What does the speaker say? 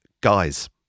Guys